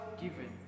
given